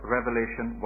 Revelation